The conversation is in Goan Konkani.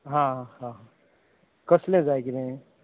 आ हा कसलें जाय किदें